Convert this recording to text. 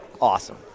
Awesome